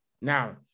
Now